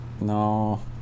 no